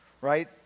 right